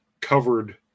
covered